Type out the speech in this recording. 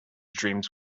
dreams